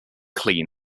clean